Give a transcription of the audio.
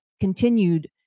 continued